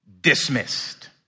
dismissed